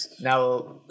Now